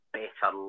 better